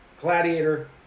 Gladiator